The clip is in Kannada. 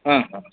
ಹಾಂ ಹಾಂ